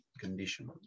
condition